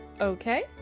Okay